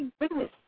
goodness